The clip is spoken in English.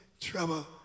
trouble